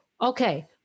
Okay